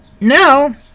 now